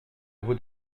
vaut